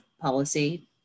policy